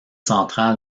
central